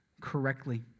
correctly